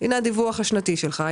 הינה הדיווח השנתי שלך.